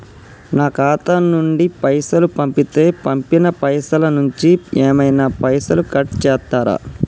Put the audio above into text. నా ఖాతా నుండి పైసలు పంపుతే పంపిన పైసల నుంచి ఏమైనా పైసలు కట్ చేత్తరా?